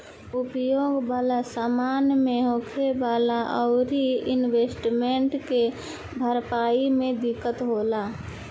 उपभोग वाला समान मे होखे वाला ओवर इन्वेस्टमेंट के भरपाई मे दिक्कत होला